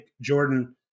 Jordan